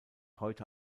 heute